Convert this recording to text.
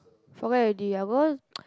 forget already I go